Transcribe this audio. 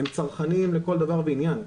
הם צרכנים לכל דבר ועניין.